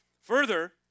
Further